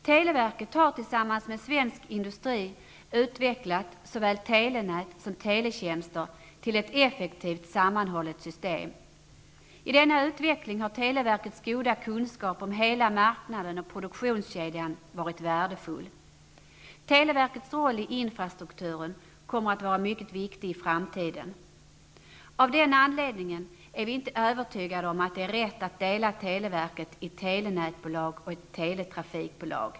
Televerket har tillsammans med svensk industri utvecklat såväl telenät som teletjänster till ett effektivt sammanhållet system. I denna utveckling har televerkets goda kunskap om hela marknaden och produktionskedjan varit värdefull. Televerkets roll i infrastrukturen kommer att vara mycket viktig i framtiden. Av den anledningen är vi inte övertygade om att det är rätt att dela televerket i ett telenätsbolag och ett teletrafikbolag.